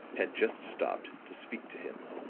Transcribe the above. had just stopped to speak to him.